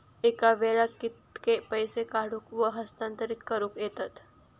एका वेळाक कित्के पैसे काढूक व हस्तांतरित करूक येतत?